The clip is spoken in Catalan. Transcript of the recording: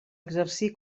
exercir